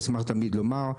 אשמח תמיד לומר.